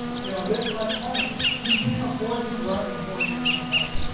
you know with less money, you can afford to run a four year campaign.